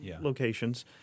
locations